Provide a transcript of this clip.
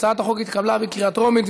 הצעת החוק נתקבלה בקריאה טרומית,